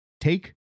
take